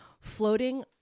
floating